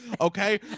okay